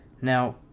Now